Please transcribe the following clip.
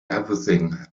everything